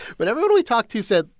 but everyone we talked to said,